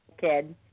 kid